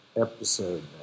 episode